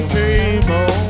people